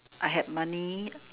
I had money